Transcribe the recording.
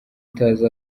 utazi